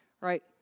Right